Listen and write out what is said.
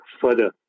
further